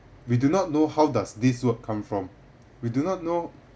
we do not know how does this word come from we do not know